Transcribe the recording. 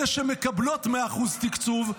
אלו שמקבלות 100% תקצוב,